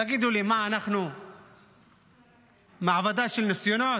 תגידו לי, אנחנו מעבדה של ניסיונות?